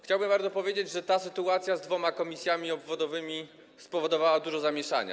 Chciałbym bardzo powiedzieć, że ta sytuacja z dwoma komisjami obwodowymi spowodowała dużo zamieszania.